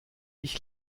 ich